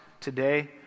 today